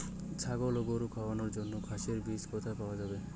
ছাগল ও গরু খাওয়ানোর জন্য ঘাসের বীজ কোথায় পাওয়া যায়?